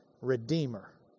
redeemer